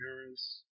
parents